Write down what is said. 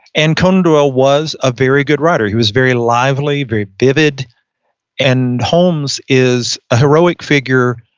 and conan doyle was a very good writer, he was very lively, very vivid and holmes is a heroic figure,